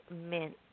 mint